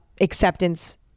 acceptance